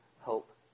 hope